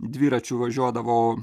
dviračiu važiuodavau